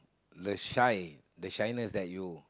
the shy the shyness that you